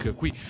qui